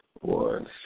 One